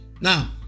Now